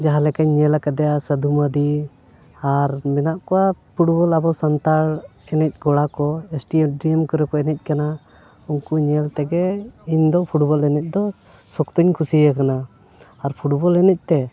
ᱡᱟᱦᱟᱸ ᱞᱮᱠᱟᱧ ᱧᱮᱞ ᱟᱠᱟᱫᱮᱭᱟ ᱥᱟᱹᱫᱷᱩ ᱢᱟᱹᱨᱰᱤ ᱟᱨ ᱢᱮᱱᱟᱜ ᱠᱚᱣᱟ ᱯᱷᱩᱴᱵᱚᱞ ᱟᱵᱚ ᱥᱟᱱᱛᱟᱲ ᱮᱱᱮᱡ ᱠᱚᱲᱟ ᱠᱚ ᱮᱥ ᱴᱤ ᱴᱤᱢ ᱠᱚᱨᱮ ᱠᱚ ᱮᱱᱮᱡ ᱠᱟᱱᱟ ᱩᱱᱠᱩ ᱧᱮᱞ ᱛᱮᱜᱮ ᱤᱧ ᱫᱚ ᱯᱷᱩᱴᱵᱚᱞ ᱮᱱᱮᱡ ᱫᱚ ᱥᱚᱠᱛᱚᱧ ᱠᱩᱥᱤᱭᱟᱠᱟᱱᱟ ᱟᱨ ᱯᱷᱩᱴᱵᱚᱞ ᱮᱱᱮᱡ ᱛᱮ